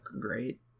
great